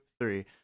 three